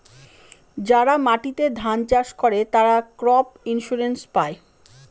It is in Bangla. যারা মাটিতে ধান চাষ করে, তারা ক্রপ ইন্সুরেন্স পায়